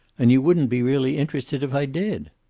and you wouldn't be really interested if i did.